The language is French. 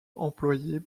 employées